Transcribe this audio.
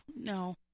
no